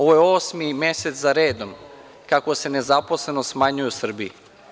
Ovo je osmi mesec za redom, kako se nezaposlenost smanjuje u Srbiji.